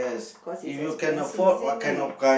cause it's expensive isn't it